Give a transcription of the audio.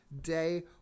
day